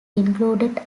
included